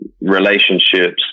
relationships